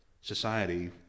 society